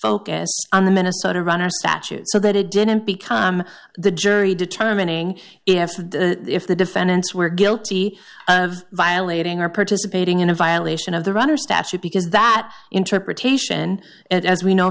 focus on the minnesota runner statute so that it didn't become the jury determining if the if the defendants were guilty of violating are participating in a violation of the rather statute because that interpretation as we know